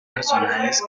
personajes